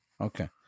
Okay